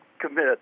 commit